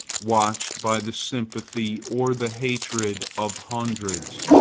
watched by the sympathy or the hatred of hundreds,